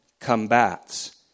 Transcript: combats